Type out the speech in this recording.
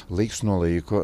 laiks nuo laiko